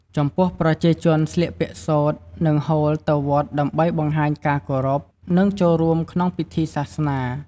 ចំពោះប្រជាជនស្លៀកពាក់សូត្រ និងហូលទៅវត្តដើម្បីបង្ហាញការគោរព និងចូលរួមក្នុងពិធីសាសនា។